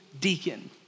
deacon